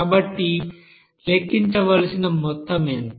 కాబట్టి లెక్కించవలసిన మొత్తం ఎంత